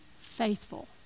faithful